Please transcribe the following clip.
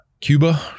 Cuba